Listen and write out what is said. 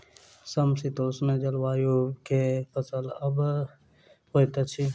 समशीतोष्ण जलवायु मे केँ फसल सब होइत अछि?